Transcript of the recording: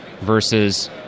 versus